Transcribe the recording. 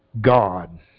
God